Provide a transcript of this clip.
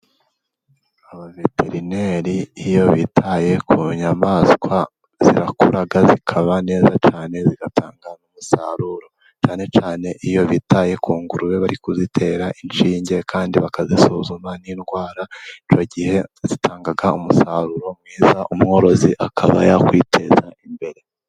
Abaveterineri iyo bitaye ku nyamaswa zirakura zikaba neza cyane zigatanga umusaruro. Cyane cyane iyo bitaye ku ngurube bari kuzitera inshinge kandi bakazisuzuma n'indwara icyo gihe zitanga umusaruro mwiza umworozi akaba yakwiteza imbere.